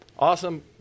Awesome